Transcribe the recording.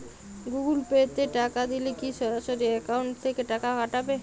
Google Pay তে টাকা দিলে কি সরাসরি অ্যাকাউন্ট থেকে টাকা কাটাবে?